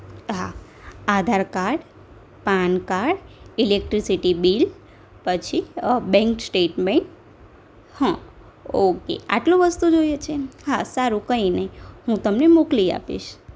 હા Aadhaar card PAN card electricity bill પછી bank statement હં ઓકે આટલું વસ્તુ જોઈએ છે હા સારું કંઈ નહીં હું તમને મોકલી આપીશ